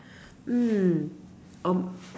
mm um